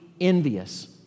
envious